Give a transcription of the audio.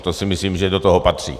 To si myslím, že do toho patří.